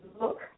look